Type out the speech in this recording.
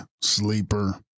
sleeper